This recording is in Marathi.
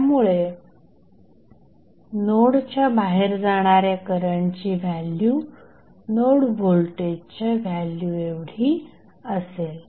त्यामुळे नोडच्या बाहेर जाणाऱ्या करंटची व्हॅल्यू नोड व्होल्टेजच्या व्हॅल्यू एवढी असेल